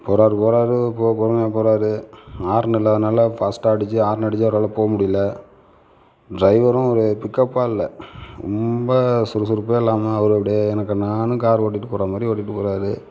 போறார் போறார் பொறுமையாக போறார் ஹார்ன் இல்லாததனால் ஃபாஸ்ட்டாடிச்சி ஹார்ன் அடித்து அவரால் போக முடியலை டிரைவரும் ஒரு பிக்கப்பாக இல்லை ரொம்ப சுறுசுறுப்பே இல்லாமல் அவர் அப்படியே எனக்கென்னான்னு கார் ஓட்டிகிட்டு போகிற மாதிரி ஓட்டிகிட்டு போகிறாரு